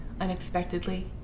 unexpectedly